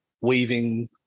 weaving